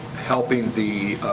helping the